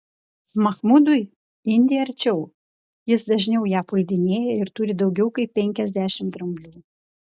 mahmudui indija arčiau jis dažniau ją puldinėja ir turi daugiau kaip penkiasdešimt dramblių